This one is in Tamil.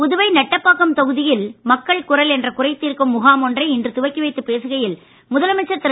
புதுவை நெட்டபாக்கம் தொகுதியில் மக்கள் குரல் என்ற குறை தீர்க்கும் முகாம் ஒன்றை இன்று துவக்கி வைத்துப் பேசுகையில் முதலமைச்சர் திரு